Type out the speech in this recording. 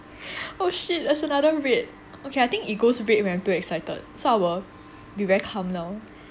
oh shit there is another red okay I think it goes red when too excited so I will be very calm now